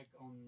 on